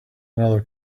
another